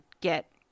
get